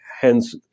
hence